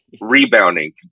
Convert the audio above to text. rebounding